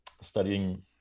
studying